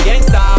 gangsta